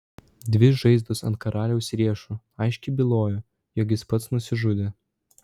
dvi žaizdos ant karaliaus riešų aiškiai bylojo jog jis pats nusižudė